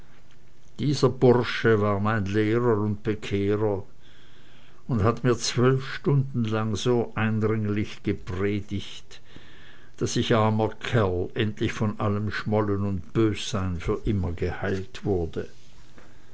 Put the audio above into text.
dieser bursche war mein lehrer und bekehrer und hat mir zwölf stunden lang so eindringlich gepredigt daß ich armer kerl endlich von allem schmollen und bössein für immer geheilt wurde